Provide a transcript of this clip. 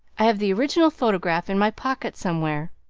i have the original photograph in my pocket somewhere.